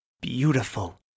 beautiful